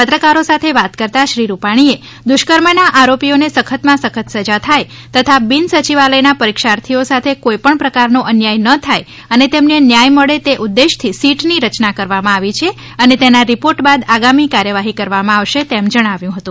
પત્રકારો સાથે વાત કરતા શ્રી રૂપાણીએ દુષ્કર્મના આરોપીઓને સખતમાં સખત સજા થાય તથા બિનસચિવાલયના પરીક્ષાર્થીઓ સાથે કોઇપણ પ્રકારનો અન્યાય ન થાય અને તેમને ન્યાય મળે તે ઉદેશથી સીટની રચના કરવામાં આવી છે અને તેના રિપોર્ટ બાદ આગામી કાર્યવાહી કરવામાં આવશે તેમ જણાવ્યુ હતુ